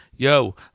Yo